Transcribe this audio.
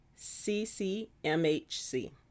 CCMHC